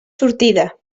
sortida